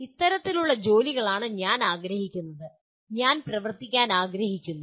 ഇത്തരത്തിലുള്ള ജോലികളാണ് ഞാൻ ആഗ്രഹിക്കുന്നത് ഞാൻ പ്രവർത്തിക്കാൻ ആഗ്രഹിക്കുന്നു